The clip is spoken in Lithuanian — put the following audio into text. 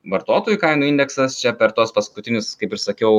vartotojų kainų indeksas čia per tuos paskutinius kaip ir sakiau